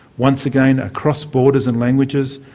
once again across borders and languages,